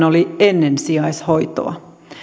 oli ennen sijaishoitoa